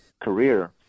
career